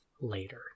later